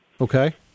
Okay